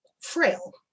frail